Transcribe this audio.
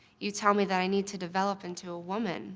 you tell me that i need to develop into a woman